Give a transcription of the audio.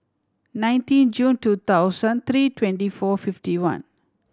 nineteen June two thousand three twenty four fifty one